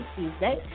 Tuesday